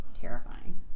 terrifying